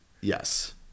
Yes